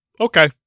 Okay